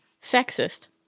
Sexist